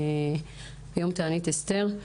יום תענית אסתר,